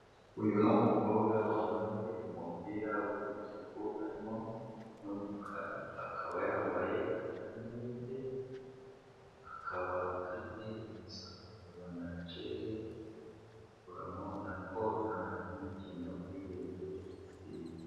Uyu ni umukobwa wambaye umupira w'umutuku harimo n'umukara akaba yambaye amalinete, akaba afite umusatsi wa natireri uramubona ko ntakindi kintu yigeze yisiga.